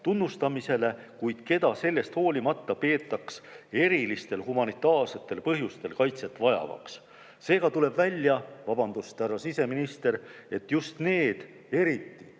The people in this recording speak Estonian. tunnustamisele, kuid keda sellest hoolimata peetakse erilistel humanitaarsetel põhjustel kaitset vajavaks. Seega tuleb välja, vabandust, härra siseminister, et just need